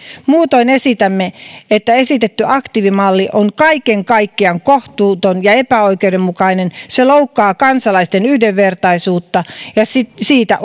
muutoin esitämme että esitetty aktiivimalli on kaiken kaikkiaan kohtuuton ja epäoikeudenmukainen se loukkaa kansalaisten yhdenvertaisuutta ja siitä